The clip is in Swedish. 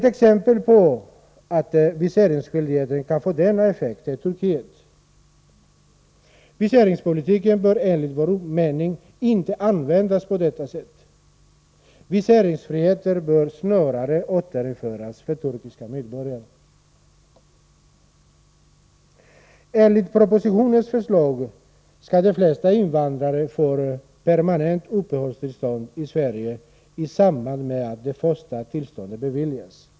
Ett exempel på att viseringsskyldigheten kan få denna effekt är Turkiet. Viseringspolitiken bör enligt vår mening inte användas på detta sätt. Viseringsfrihet bör snarast återinföras för turkiska medborgare. Enligt propositionens förslag skall de flesta invandrare få permanent uppehållstillstånd i Sverige i samband med att det första tillståndet beviljas.